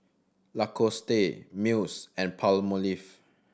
Lacoste Miles and Palmolive